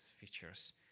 features